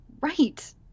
Right